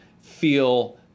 feel